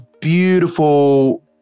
beautiful